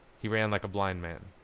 he ran like a blind man.